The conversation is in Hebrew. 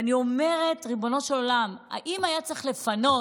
ואני אומרת: ריבונו של עולם, אם היה צריך לפנות